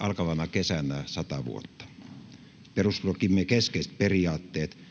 kesänä sata vuotta perustuslakimme keskeiset periaatteet